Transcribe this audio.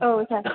औ सार